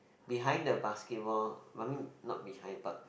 behind the basketball I mean not behind but